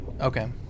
Okay